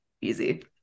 easy